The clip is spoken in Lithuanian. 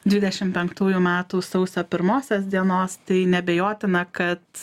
dvidešim penktųjų metų sausio pirmosios dienos tai neabejotina kad